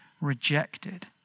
rejected